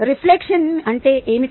reflection టే ఏమిటి